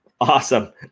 Awesome